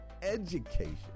education